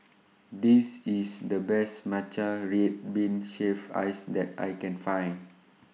This IS The Best Matcha Red Bean Shaved Ice that I Can Find